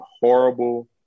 horrible